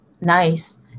nice